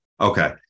Okay